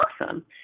awesome